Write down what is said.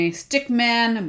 stickman